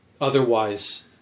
Otherwise